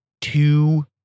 two